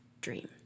dream